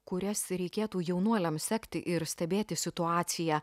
kurias reikėtų jaunuoliams sekti ir stebėti situaciją